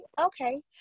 okay